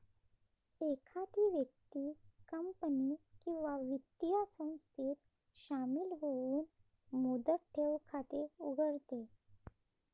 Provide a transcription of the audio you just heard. एखादी व्यक्ती कंपनी किंवा वित्तीय संस्थेत शामिल होऊन मुदत ठेव खाते उघडते